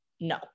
No